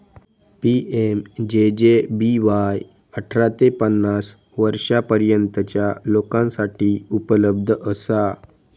PMJJBY अठरा ते पन्नास वर्षांपर्यंतच्या लोकांसाठी उपलब्ध असा